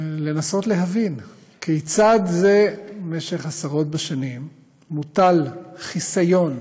לנסות להבין כיצד זה משך עשרות בשנים מוטל חיסיון